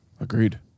Agreed